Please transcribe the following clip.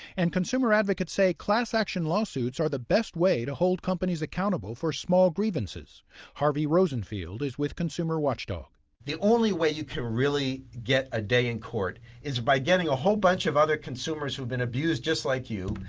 and consumer advocates say class-action lawsuits are the best way to hold companies accountable for small grievances harvey rosenfield is with consumer watchdog the only way you can really get a day in court is by getting a whole bunch of other consumers who've been abused just like you,